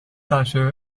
大学